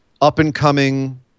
up-and-coming